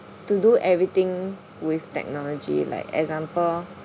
to do everything with technology like example